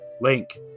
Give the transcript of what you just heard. Link